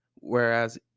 Whereas